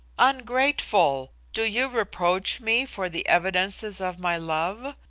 ungrateful! do you reproach me for the evidences of my love?